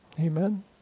Amen